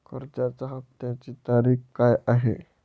कर्जाचा हफ्त्याची तारीख काय आहे?